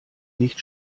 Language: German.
nicht